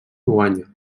guanya